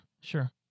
sure